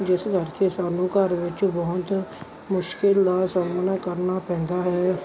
ਜਿਸ ਕਰਕੇ ਸਾਨੂੰ ਘਰ ਵਿੱਚ ਬਹੁਤ ਮੁਸ਼ਕਿਲ ਨਾ ਸਾਹਮਣਾ ਕਰਨਾ ਪੈਂਦਾ ਹੈ